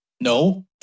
No